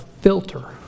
filter